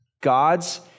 God's